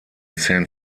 san